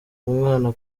umwana